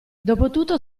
dopotutto